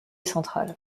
central